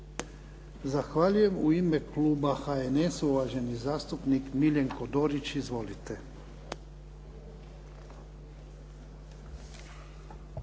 Zahvaljujem. U ime kluba HNS-a, uvaženi zastupnik Miljenko Dorić. Izvolite.